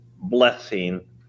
blessing